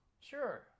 Sure